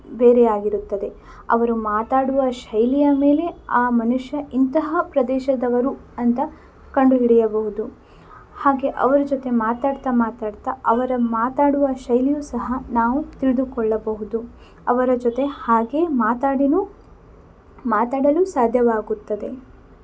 ಬೇರೆಯಾಗಿರುತ್ತದೆ ಅವರು ಮಾತಾಡುವ ಶೈಲಿಯ ಮೇಲೆ ಆ ಮನುಷ್ಯ ಇಂತಹ ಪ್ರದೇಶದವರು ಅಂತ ಕಂಡುಹಿಡಿಯಬಹುದು ಹಾಗೆ ಅವರ ಜೊತೆ ಮಾತಾಡ್ತ ಮಾತಾಡ್ತ ಅವರ ಮಾತಾಡುವ ಶೈಲಿಯೂ ಸಹ ನಾವು ತಿಳಿದುಕೊಳ್ಳಬಹುದು ಅವರ ಜೊತೆ ಹಾಗೆ ಮಾತಾಡಿನೂ ಮಾತಾಡಲು ಸಾಧ್ಯವಾಗುತ್ತದೆ